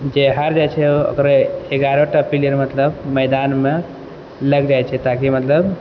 जे हारि जाइत छै एगारहटा प्लेअर मतलब मैदानमे लागि जाइत छै ताकि मतलब